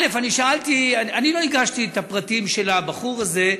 שאלתי, לא הגשתי את הפרטים של הבחור הזה,